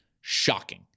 Shocking